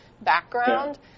background